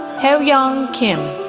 hye ryong kim,